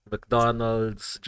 McDonald's